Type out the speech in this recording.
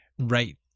right